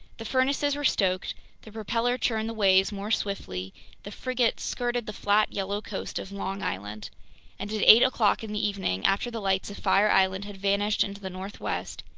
the furnaces were stoked the propeller churned the waves more swiftly the frigate skirted the flat, yellow coast of long island and at eight o'clock in the evening, after the lights of fire island had vanished into the northwest,